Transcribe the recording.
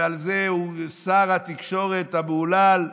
שר התקשורת המהולל,